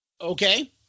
Okay